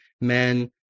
men